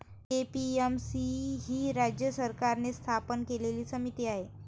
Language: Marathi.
ए.पी.एम.सी ही राज्य सरकारने स्थापन केलेली समिती आहे